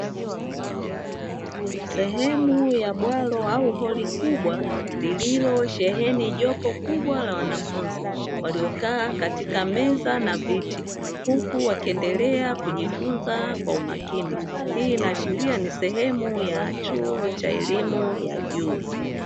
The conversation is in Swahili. Sehemu ya bwalo au holi kubwa lililosheheni jopo kubwa la wanafunzi, Waliokaa katika meza na viti huku wakiendelea kujifunza kwa umakini. Hii inaashiria ni sehemu ya chuo cha elimu ya juu.